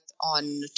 on